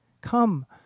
Come